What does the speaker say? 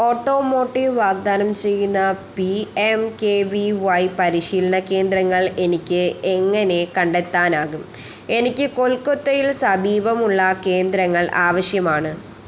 automotive വാഗ്ദാനം ചെയ്യുന്ന P M K V Y പരിശീലന കേന്ദ്രങ്ങൾ എനിക്ക് എങ്ങനെ കണ്ടെത്താനാകും എനിക്ക് കൊൽക്കത്തയിൽ സമീപമുള്ള കേന്ദ്രങ്ങൾ ആവശ്യമാണ്